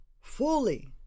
fully